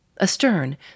Astern